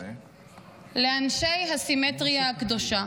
לאנשי הסימטריה הקדושה.